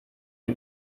man